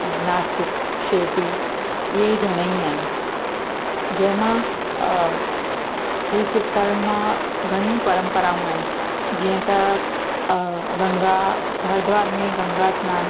अ नासिक शिरडी इहे ई घणेई आहिनि जंहिंमां तीर्थ स्थाननि मां घणियूं परंपराऊं आहिनि जीअं त गंगा हरिद्वार में गंगा सनानु